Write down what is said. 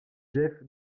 jef